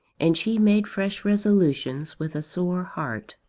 and she made fresh resolutions with a sore heart.